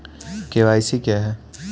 KYC क्या है?